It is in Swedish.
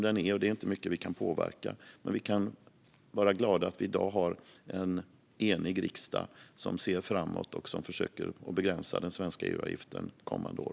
Det finns inte mycket vi kan påverka där. Men vi kan vara glada att vi i dag har en enig riksdag som ser framåt och som försöker begränsa den svenska EU-avgiften för kommande år.